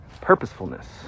purposefulness